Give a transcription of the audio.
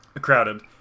Crowded